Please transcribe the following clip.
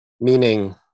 meaning